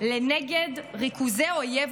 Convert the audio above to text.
לנגד ריכוזי אויב,